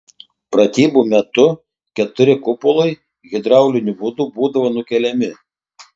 pratybų metu keturi kupolai hidrauliniu būdu būdavo nukeliami